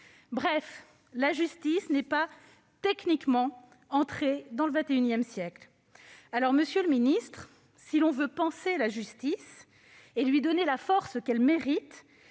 Bref, la justice n'est pas, techniquement, entrée dans le XXI siècle ! Monsieur le garde des sceaux, si l'on veut penser la justice et lui donner la force qu'elle mérite,